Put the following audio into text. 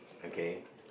okay